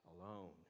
alone